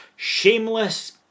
Shameless